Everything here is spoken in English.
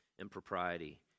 impropriety